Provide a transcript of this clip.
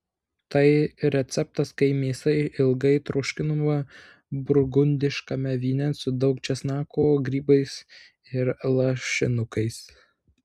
tai receptas kai mėsa ilgai troškinama burgundiškame vyne su daug česnako grybais ir lašinukais